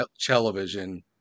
Television